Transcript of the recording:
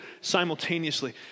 simultaneously